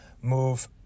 move